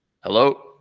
Hello